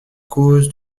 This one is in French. cause